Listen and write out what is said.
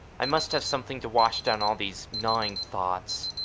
i must have something to wash down all these gnawing thoughts.